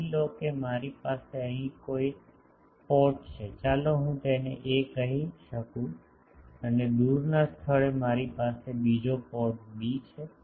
માની લો કે મારી પાસે અહીં કોઈ પોર્ટ છે ચાલો હું તેને 'એ' કહી શકું અને દૂરના સ્થળે મારી પાસે બીજો પોર્ટ 'બી' છે